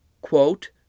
quote